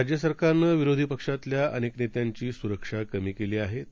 राज्यसरकारनंविरोधीपक्षातल्याअनेकनेत्यांचीसुरक्षाकमीकेलेआहेत